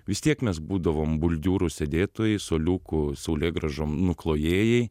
vis tiek mes būdavom bordiūrų sėdėtojai suoliukų saulėgrąžom nuklojėjai